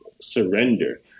surrender